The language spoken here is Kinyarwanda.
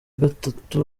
gatatu